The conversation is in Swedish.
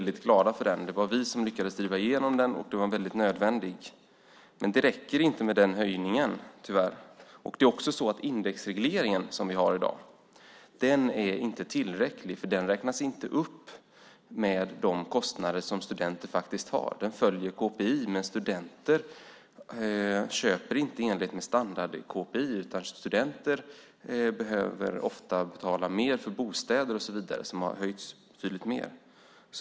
Det var vi som lyckades driva igenom den och den var nödvändig. Men det räcker tyvärr inte med den höjningen. Den indexreglering vi har i dag är inte tillräcklig eftersom den inte räknas upp med de kostnader som studenter har. Den följer KPI, men studenter köper inte i enlighet med standard-KPI. Studenter måste ofta betala mer för bostäder och så vidare som har höjts betydligt mer.